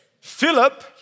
Philip